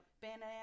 Bananas